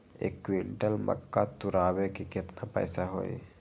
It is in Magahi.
एक क्विंटल मक्का तुरावे के केतना पैसा होई?